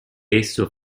esso